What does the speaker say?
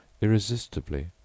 irresistibly